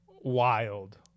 wild